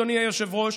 אדוני היושב-ראש,